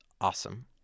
awesome